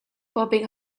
bobbing